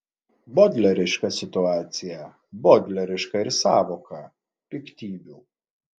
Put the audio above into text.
bodleriška situacija bodleriška ir sąvoka piktybių